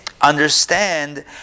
understand